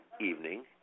evening